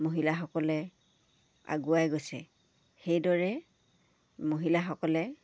মহিলাসকলে আগুৱাই গৈছে সেইদৰে মহিলাসকলে